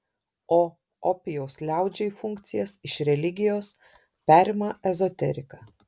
o opijaus liaudžiai funkcijas iš religijos perima ezoterika